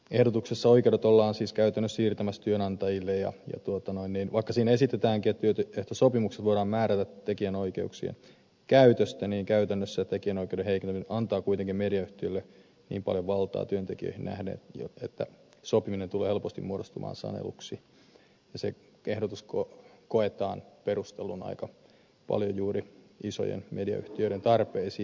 ehdotuksessa oikeudet ollaan siis käytännössä siirtämässä työnantajille ja vaikka siinä esitetäänkin että työehtosopimuksissa voidaan määrätä tekijänoikeuksien käytöstä niin käytännössä tekijänoikeuden heikentyminen antaa kuitenkin mediayhtiölle niin paljon valtaa työntekijöihin nähden että sopiminen tulee helposti muodostumaan saneluksi ja ehdotuksen koetaan perustuvan aika paljon juuri isojen mediayhtiöiden tarpeisiin